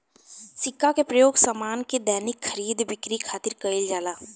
सिक्का के प्रयोग सामान के दैनिक खरीद बिक्री खातिर कईल जाला